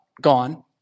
gone